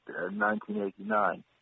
1989